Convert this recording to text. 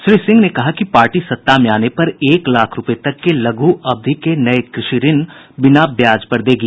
श्री सिंह ने कहा कि पार्टी सत्ता में आने पर एक लाख रूपये तक के लघु अवधि के नये कृषि ऋण बिना ब्याज पर देगी